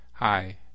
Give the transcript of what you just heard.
Hi